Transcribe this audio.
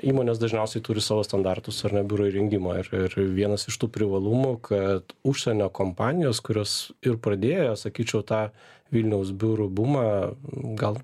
įmonės dažniausiai turi savo standartus ar ne biuro įrengimo ir ir vienas iš tų privalumų kad užsienio kompanijos kurios ir pradėjo sakyčiau tą vilniaus biurų bumą gal